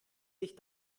sich